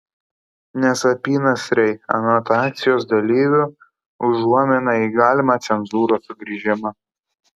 nes apynasriai anot akcijos dalyvių užuomina į galimą cenzūros sugrįžimą